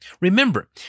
Remember